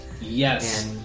Yes